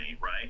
right